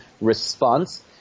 response